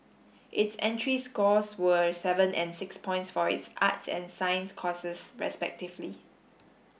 its entry scores were seven and six points for its arts and science courses respectively